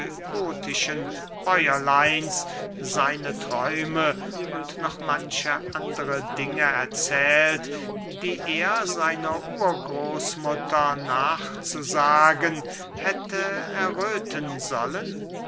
böotischen bäuerleins seine träume und noch manche andere dinge erzählt die er seiner urgroßmutter nach zu sagen hätte erröthen sollen